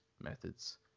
methods